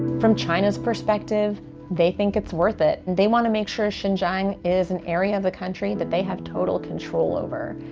from china's perspective they think it's worth it. they want to make sure xinjiang is an area of the country that they have total control over.